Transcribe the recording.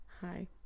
Hi